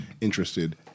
interested